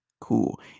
cool